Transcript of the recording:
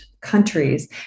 countries